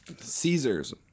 Caesars